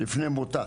לפני מותה,